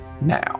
now